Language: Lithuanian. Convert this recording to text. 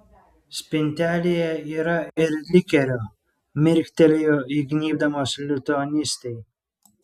spintelėje yra ir likerio mirktelėjo įgnybdamas lituanistei